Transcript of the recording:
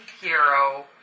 hero